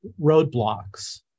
roadblocks